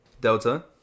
Delta